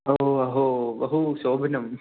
अहो अहो बहु शोभनं